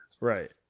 Right